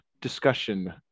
discussion